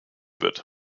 wird